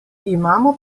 imamo